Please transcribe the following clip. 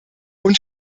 und